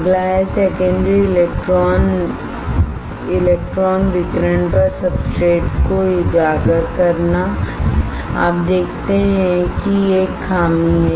अगला है secondary electron electron विकिरण पर सब्सट्रेट को उजागर करना है आप देखते हैं कि एक खामी है